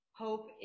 Hope